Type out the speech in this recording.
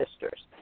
sisters